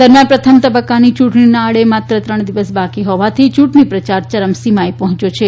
દરમ્યાન પ્રથમ તબક્કાની ચૂંટણીના આડે માત્ર ત્રણ દિવસ બાકી હોવાથી ચૂંટણી પ્રચાર ચરમસીમાએ પહોંચ્યો છે